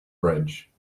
bridge